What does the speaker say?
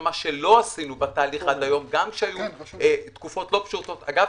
מה שלא עשינו בתהליך עד היום גם כשהיו תקופות לא פשוטות אגב,